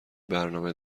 برنامه